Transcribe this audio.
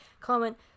comment